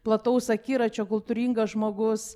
plataus akiračio kultūringas žmogus